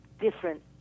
different